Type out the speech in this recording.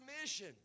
mission